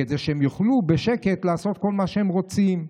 כדי שהם יוכלו בשקט לעשות כל מה שהם רוצים.